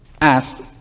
asked